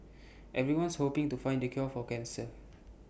everyone's hoping to find the cure for cancer